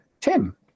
Tim